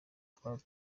twari